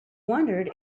wondered